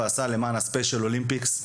ועשה למען הספיישל אולימפיקס,